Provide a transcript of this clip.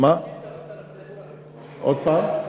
תגיש שאילתה דחופה.